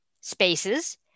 spaces